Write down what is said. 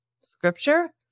scripture